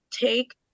take